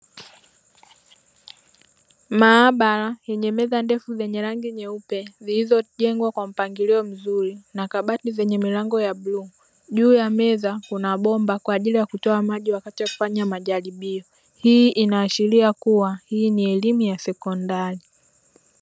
Maabara yenye meza ndefu zenye rangi nyeupe zilizojengwa kwa mpangilio mzuri na kabati zenye milango ya bluu, juu ya meza kuna bomba kwa ajili ya kutoa maji wakati wa majaribio; hii inaashiria kuwa hii ni elimu ya sekondari.